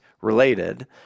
related